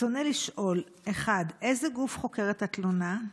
רצוני לשאול: 1. איזה גוף חוקר את התלונה?